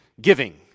giving